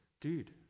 dude